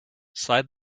slide